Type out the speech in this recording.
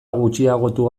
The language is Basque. gutxiagotu